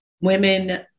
women